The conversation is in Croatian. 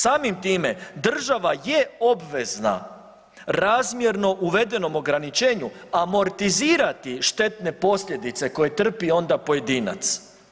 Samim time država je obvezna razmjerno uvedenom ograničenju amortizirati štetne posljedice koje trpi onda pojedinac.